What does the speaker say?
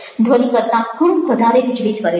ધ્વનિ કરતાં ઘણું વધારે વિચલિત કરે છે